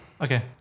Okay